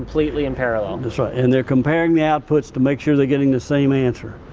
completely in parallel? that's right, and they're comparing the outputs to make sure they're getting the same answer.